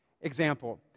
Example